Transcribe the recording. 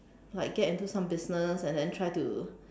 like get into some business and then try to